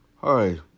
hi